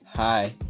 Hi